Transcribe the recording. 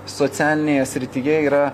socialinėje srityje yra